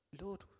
Lord